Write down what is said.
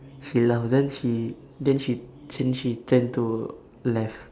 she laugh then she then she then she turn to left